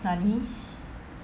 nani